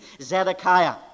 Zedekiah